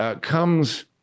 comes